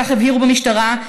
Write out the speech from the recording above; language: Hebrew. כך הבהירו במשטרה,